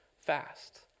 fast